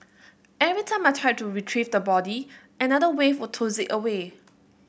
every time I tried to retrieve the body another wave would toss it away